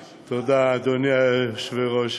תודה, אדוני היושב-ראש,